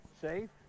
safe